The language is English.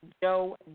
Joe